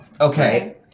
Okay